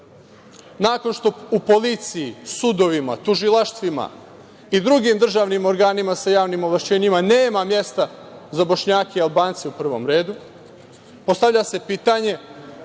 nakon što u policiji, sudovima, tužilaštvima i drugim državnim organima sa javnim ovlašćenjima nema mesta za Bošnjake i Albance u prvom redu, postavlja se pitanje